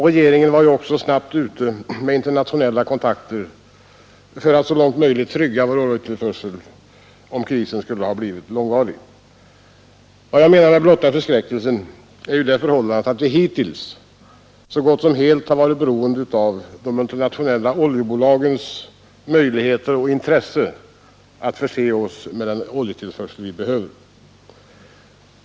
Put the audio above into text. Regeringen var också snabbt ute med internationella kontakter för att så långt som möjligt trygga vår oljetillförsel om krisen skulle ha blivit långvarig. Vad jag menar med ”blotta förskräckelsen” är det förhållandet att vi hittills har varit så gott som helt beroende av de multinationella oljebolagens möjligheter och intresse att förse oss med den oljetillförsel vi behöver.